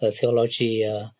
theology